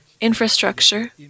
infrastructure